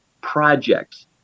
projects